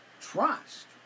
trust